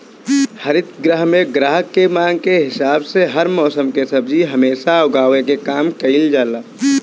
हरित गृह में ग्राहक के मांग के हिसाब से हर मौसम के सब्जी हमेशा उगावे के काम कईल जाला